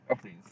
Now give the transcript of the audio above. Please